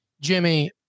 Jimmy